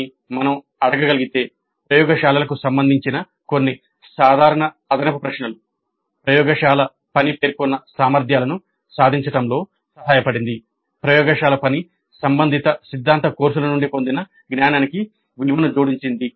కానీ మనం అడగ గలిగే ప్రయోగశాలలకు సంబంధించిన కొన్ని సాధారణ అదనపు ప్రశ్నలు "ప్రయోగశాల పని పేర్కొన్న సామర్థ్యాలను సాధించడంలో సహాయపడింది" ప్రయోగశాల పని సంబంధిత సిద్ధాంత కోర్సుల నుండి పొందిన జ్ఞానానికి విలువను జోడించింది